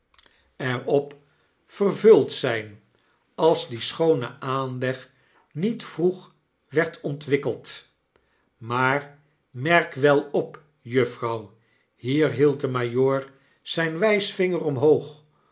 vervuld zyn als die schoone aanleg niet vroeg werd ontwikkeld maar merk wel op juffrouw hier hield de majoor zijn wysvinger omhoog